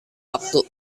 waktu